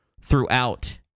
throughout